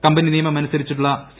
company നിയമം അനുസരിച്ചുള്ള C